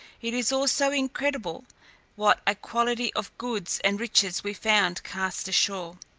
it is also incredible what a quantity of goods and riches we found cast ashore.